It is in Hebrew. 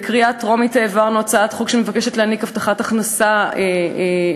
העברנו בקריאה טרומית הצעת חוק שמבקשת להעניק הבטחת הכנסה לנשים